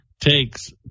takes